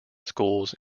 schools